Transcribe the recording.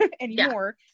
anymore